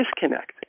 disconnect